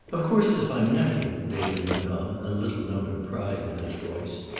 of course, there's my nephew, david went on, a little note of pride in his voice.